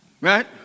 Right